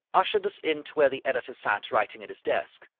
ushered us in to where the editor sat writing at his desk.